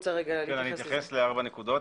אתייחס לארבע נקודות.